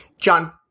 John